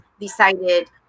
decided